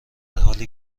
حالی